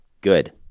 good